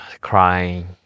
crying